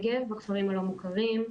מוכרים,